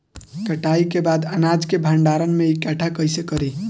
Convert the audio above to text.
कटाई के बाद अनाज के भंडारण में इकठ्ठा कइसे करी?